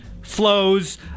flows